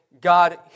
God